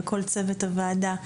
וכל צוות הוועדה,